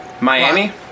Miami